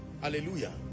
Hallelujah